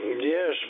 Yes